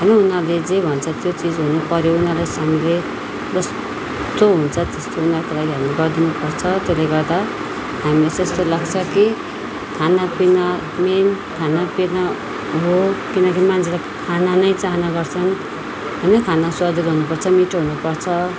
होइन उनीहरूले जे भन्छ त्यो चिज हुनुपर्यो उनीहरूलाई हामीले जस्तो हुन्छ त्यस्तो उनीहरूको लागि हामीले गरिदिनु पर्छ त्यसले गर्दा हामीलाई यस्तो लाग्छ कि खानापिना मेन खानापिना हो किनकि मान्छेले खाना नै चाहना गर्छन् होइन खाना स्वादिलो हुनुपर्छ मिठो हुनुपर्छ